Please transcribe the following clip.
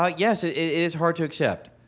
ah yes. it it is hard to accept